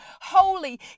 holy